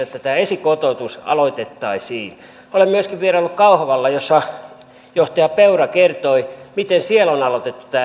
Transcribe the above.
että tämä esikotoutus aloitettaisiin olen myöskin vieraillut kauhavalla jossa johtaja peura kertoi miten siellä on aloitettu tämä